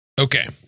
Okay